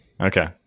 okay